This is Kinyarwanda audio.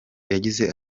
yagize